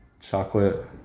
chocolate